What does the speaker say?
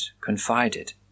confided